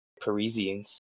Parisians